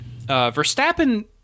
Verstappen